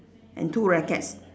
and two rackets